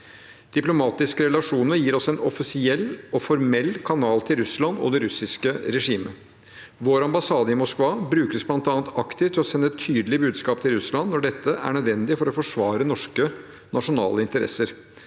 Diplomatiske relasjoner gir oss en offisiell og formell kanal til Russland og det russiske regimet. Vår ambassade i Moskva brukes bl.a. aktivt til å sende tydelige budskap til Russland når dette er nødvendig for å forsvare norske nasjonale interesser.